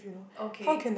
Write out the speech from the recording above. okay